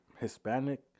Hispanic